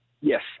Yes